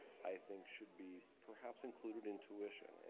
i think should be perhaps included in tuition. and